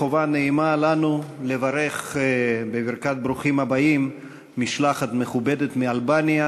חובה נעימה לנו לברך בברכת ברוכים הבאים משלחת מכובדת מאלבניה.